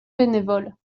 bénévoles